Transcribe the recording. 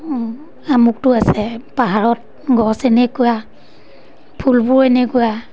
আমুকটো আছে পাহাৰত গছ এনেকুৱা ফুলবোৰ এনেকুৱা